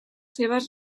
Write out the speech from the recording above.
seves